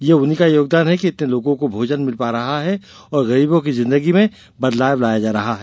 यह उन्हीं का योगदान है कि इतने लोगों को भोजन मिल पा रहा है और गरीबों की जिंदगी में बदलाव लाया जा रहा है